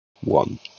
one